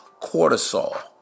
cortisol